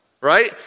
right